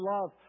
love